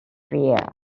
fear